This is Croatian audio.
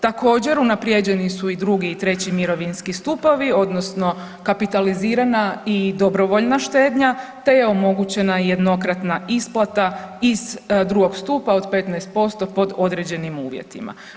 Također unaprijeđeni su i drugi i treći mirovinski stupovi odnosno kapitalizirana i dobrovoljna štednja te je omogućena i jednokratna isplata iz drugog stupa od 15% pod određenim uvjetima.